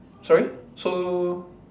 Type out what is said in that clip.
sorry so